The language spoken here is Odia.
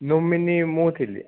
ନୋମିନି ମୁଁ ଥିଲି